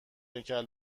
هیکل